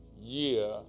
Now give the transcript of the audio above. year